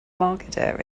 market